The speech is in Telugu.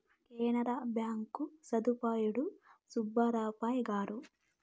కెనరా బ్యాంకు స్థాపకుడు సుబ్బారావు పాయ్ గారు